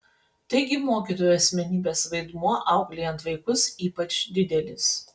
taigi mokytojo asmenybės vaidmuo auklėjant vaikus ypač didelis